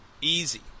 Easy